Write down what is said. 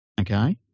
okay